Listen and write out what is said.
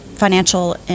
financial